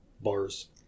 Bars